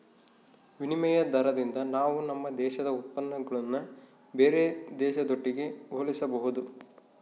ವಿನಿಮಯ ದಾರದಿಂದ ನಾವು ನಮ್ಮ ದೇಶದ ಉತ್ಪನ್ನಗುಳ್ನ ಬೇರೆ ದೇಶದೊಟ್ಟಿಗೆ ಹೋಲಿಸಬಹುದು